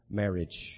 marriage